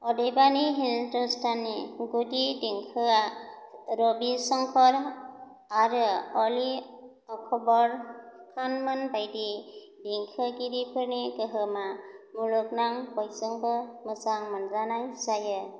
अदेबानि हिन्दुस्तानी गुदि देंखोआ रविशंकर आरो अली अकबर खान मोन बायदि देंखोगिरिफोरनि गोहोमा मुलुगनां बयजोंबो मोजां मोनजानाय जायो